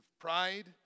pride